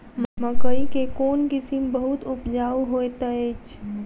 मकई केँ कोण किसिम बहुत उपजाउ होए तऽ अछि?